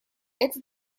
это